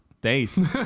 days